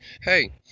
Hey